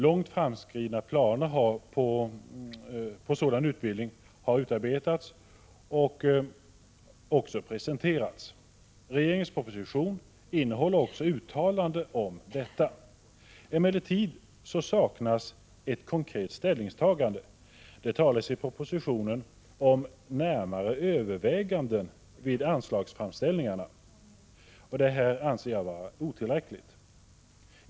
Långt framskridna planer på en sådan utbildning har utarbetats och även presenterats. Regeringens proposition innehåller också ett uttalande om detta. Emellertid saknas ett konkret ställningstagande. Det talas i propositionen om närmare överväganden vid anslagsframställningarna. Jag anser att denna skrivning är otillräcklig.